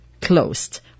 closed